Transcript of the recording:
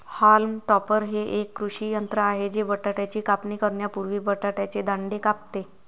haulm topper हे एक कृषी यंत्र आहे जे बटाट्याची कापणी करण्यापूर्वी बटाट्याचे दांडे कापते